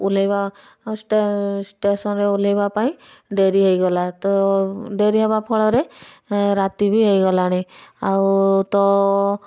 ଓହ୍ଲେଇବା ଷ୍ଟେସନରେ ଓହ୍ଲେଇବା ପାଇଁ ଡେରି ହୋଇଗଲା ତ ଡେରି ହବା ଫଳରେ ରାତି ବି ହୋଇଗଲାଣି ଆଉ ତ